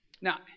Now